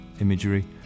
imagery